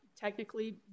technically